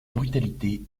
brutalité